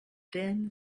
thin